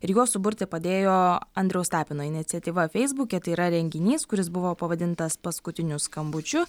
ir juos suburti padėjo andriaus tapino iniciatyva feisbuke tai yra renginys kuris buvo pavadintas paskutiniu skambučiu